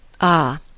Ah